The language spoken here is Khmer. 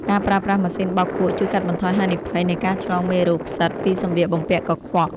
ការប្រើប្រាស់ម៉ាស៊ីនបោកគក់ជួយកាត់បន្ថយហានិភ័យនៃការឆ្លងមេរោគផ្សិតពីសម្លៀកបំពាក់កខ្វក់។